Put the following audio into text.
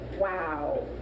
wow